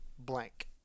Blank